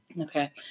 Okay